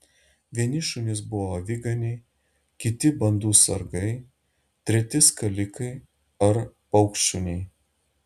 vieni šunys buvo aviganiai kiti bandų sargai treti skalikai ar paukštšuniai